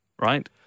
right